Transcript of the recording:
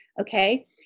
Okay